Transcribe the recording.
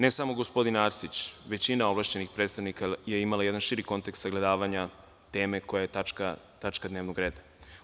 Ne samo gospodin Arsić, većina ovlašćenih predstavnika je imala jedan širi kontekst sagledavanja teme koja je tačka dnevnog reda.